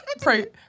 Pray